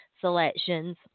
selections